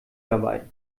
dabei